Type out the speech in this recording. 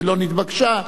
ולא נתבקשה,